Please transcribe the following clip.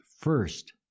first